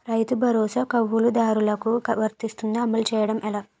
రైతు భరోసా కవులుదారులకు వర్తిస్తుందా? అమలు చేయడం ఎలా